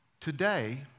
Today